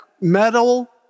metal